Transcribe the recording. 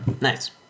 Nice